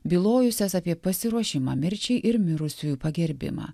bylojusias apie pasiruošimą mirčiai ir mirusiųjų pagerbimą